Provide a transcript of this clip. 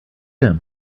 him